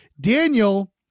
Daniel